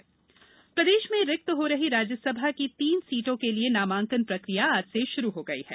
रास नामांकन प्रदेश में रिक्त हो रही राज्यसभा की तीन सीटों के लिए नामांकन प्रक्रिया आज से शुरू हो गई है